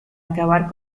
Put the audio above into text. acabar